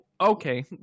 Okay